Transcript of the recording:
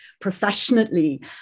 professionally